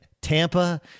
Tampa